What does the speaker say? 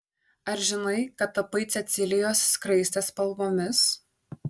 ar žinai kad tapai cecilijos skraistės spalvomis